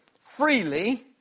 freely